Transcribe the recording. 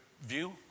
view